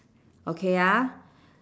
okay ah